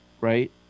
right